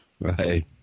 Right